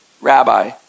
rabbi